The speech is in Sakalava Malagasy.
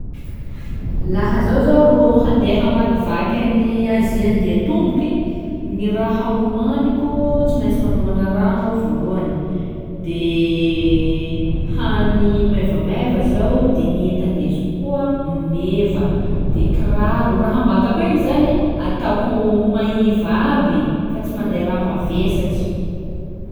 Laha zaho zô rô handeha hamakivaky an'ny Azia andeha tomboky, gny raha homaniko: tsy maintsy manomana rano aho gny vôlohany, de hany maivamaiva zao de gny enta ndesiko koa meva de kiraro; raha am-batako egny zany ataoko mahiva aby fa tsy manday raha mavesatsy.